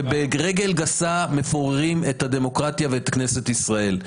וברגל גסה מפוררים את הדמוקרטיה ואת כנסת ישראל.